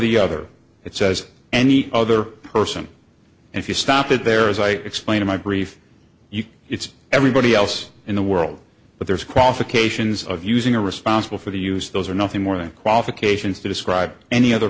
the other it says any other person if you stop it there as i explain in my brief you it's everybody else in the world but there's qualifications of using a responsible for the use those are nothing more than qualifications to describe any other